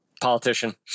Politician